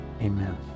Amen